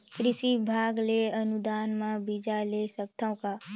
कृषि विभाग ले अनुदान म बीजा ले सकथव का?